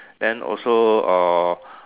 then also uh